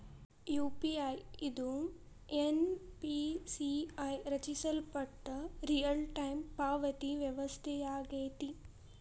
UPI ಇದು NPCI ರಚಿಸಲ್ಪಟ್ಟ real time ಪಾವತಿ ವ್ಯವಸ್ಥೆಯಾಗೆತಿ